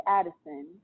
Addison